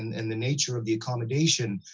and the nature of the accommodation,